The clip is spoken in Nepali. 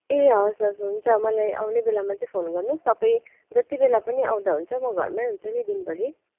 ए हस् हस् हुन्छ मलाई आउने बेलामा चाहिँ फोन गर्नुहोस् तपाईँ जति बेला पनि आउँदा हुन्छ म घरमै हुन्छु नि दिनभरि